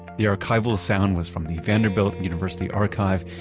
the archival of sound was from the vanderbilt university archive,